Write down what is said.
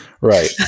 Right